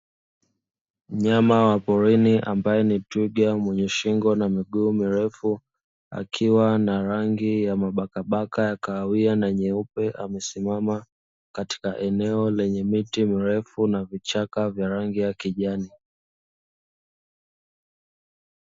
Mnyama wa porini ambaye ni Twiga mwenye shingo na miguu mirefu akiwa na rangi ya mabakabaka ya kahawia na nyeupe, amesimama katika eneo lenye miti mirefu na vichaka vya rangi ya kijani.